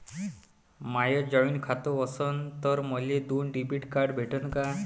माय जॉईंट खातं असन तर मले दोन डेबिट कार्ड भेटन का?